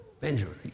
Benjamin